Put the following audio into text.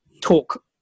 talk